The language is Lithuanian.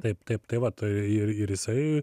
taip taip tai va tai ir ir jisai